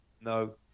no